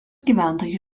gyventojai